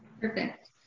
Perfect